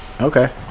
Okay